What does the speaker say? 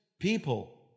people